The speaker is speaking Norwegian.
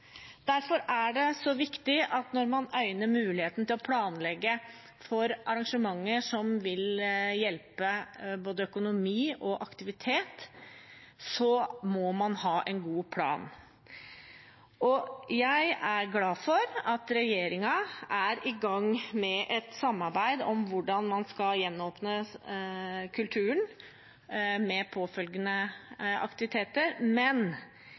Derfor er det så viktig når man øyner muligheten til å planlegge for arrangementer som vil hjelpe både økonomi og aktivitet, at man har en god plan. Jeg er glad for at regjeringen er i gang med et samarbeid om hvordan man skal gjenåpne kulturen med påfølgende aktiviteter, men